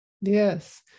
Yes